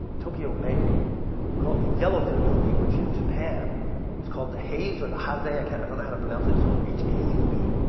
tokyo bay called the yellowfin goby, which in japan is called the haze or the haz-ay. i don't know how to pronounce it. it's spelled h a z e.